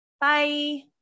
bye